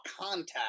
contact